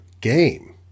game